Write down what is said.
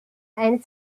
and